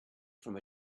from